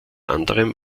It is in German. anderem